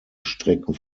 strecken